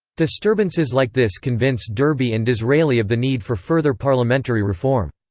disturbances like this convince derby and disraeli of the need for further parliamentary reform.